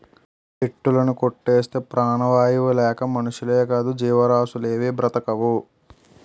చెట్టులుని కొట్టేస్తే ప్రాణవాయువు లేక మనుషులేకాదు జీవరాసులేవీ బ్రతకవు